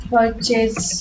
Purchase